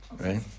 Right